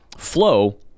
flow